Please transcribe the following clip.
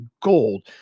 gold